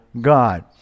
God